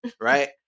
right